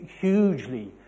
hugely